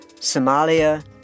Somalia